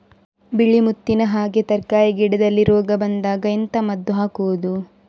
ಬಿಳಿ ಮುತ್ತಿನ ಹಾಗೆ ತರ್ಕಾರಿ ಗಿಡದಲ್ಲಿ ರೋಗ ಬಂದಾಗ ಎಂತ ಮದ್ದು ಹಾಕುವುದು?